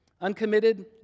Uncommitted